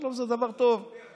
שלום זה דבר טוב, דודי,